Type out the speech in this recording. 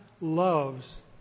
loves